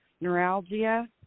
neuralgia